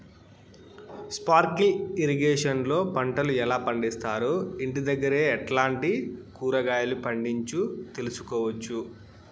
Sprinkle irrigation లో పంటలు ఎలా పండిస్తారు, ఇంటి దగ్గరే ఎట్లాంటి కూరగాయలు పండించు తెలుసుకోవచ్చు?